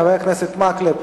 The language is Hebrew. חבר הכנסת מקלב,